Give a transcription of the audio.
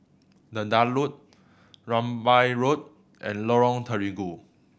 The Daulat Rambai Road and Lorong Terigu